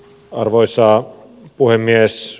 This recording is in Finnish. arvoisa puhemies